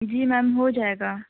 جی ma'am ہو جائے گا